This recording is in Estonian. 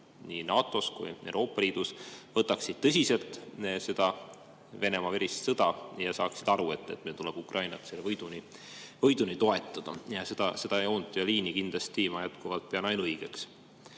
nii NATO‑s kui ka Euroopa Liidus võtaksid tõsiselt seda Venemaa verist sõda ja saaksid aru, et meil tuleb Ukrainat võiduni toetada. Seda joont ja liini ma jätkuvalt pean ainuõigeks.